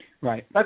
Right